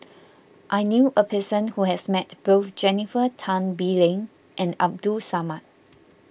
I knew a person who has met both Jennifer Tan Bee Leng and Abdul Samad